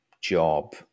job